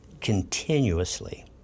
continuously